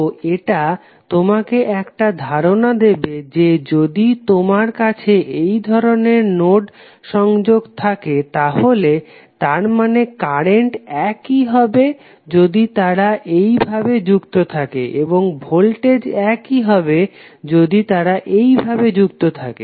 তো এটা তোমাকে একটা ধারণা দেবে যে যদি তোমার কাছে এই ধরনের নোড সংযোগ থাকে তাহলে তারমানে কারেন্ট একই হবে যদি তারা এইভাবে যুক্ত থাকে এবং ভোল্টেজ একই হবে যদি তারা এইভাবে যুক্ত থাকে